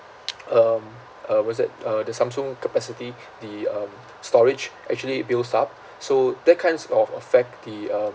um uh what's it uh the samsung capacity the um storage actually builds up so that kinds of affect the uh